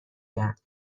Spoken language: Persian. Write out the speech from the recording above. کرد